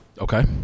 Okay